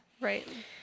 Right